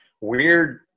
weird